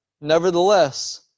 Nevertheless